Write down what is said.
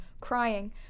crying